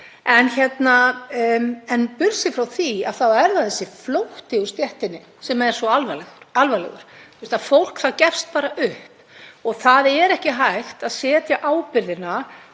En burt séð frá því þá er það þessi flótti úr stéttinni sem er svo alvarlegur. Fólk gefst bara upp. Það er ekki hægt að setja ábyrgðina